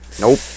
Nope